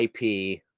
IP